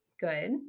good